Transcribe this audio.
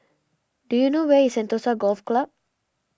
do you know where is Sentosa Golf Club